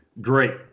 Great